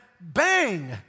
bang